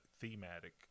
thematic